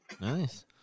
Nice